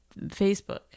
Facebook